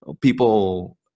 people